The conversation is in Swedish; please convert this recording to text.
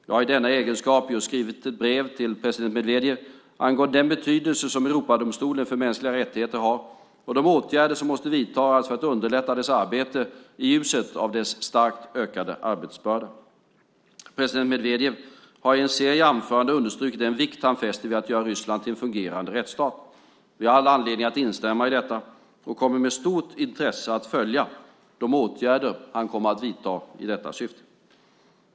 Jag har i denna egenskap just skrivit till president Medvedev angående den betydelse som Europadomstolen för mänskliga rättigheter har och de åtgärder som måste vidtas för att underlätta dess arbete i ljuset av dess starkt ökade arbetsbörda. President Medvedev har i en serie anföranden understrukit den vikt han fäster vid att göra Ryssland till en fungerande rättsstat. Vi har all anledning att instämma i detta, och kommer med stort intresse att följa de åtgärder han kommer att vidta i detta syfte.